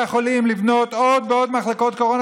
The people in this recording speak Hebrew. החולים לבנות עוד ועוד מחלקות קורונה.